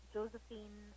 Josephine